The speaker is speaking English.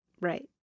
Right